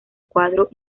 cuadro